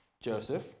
Joseph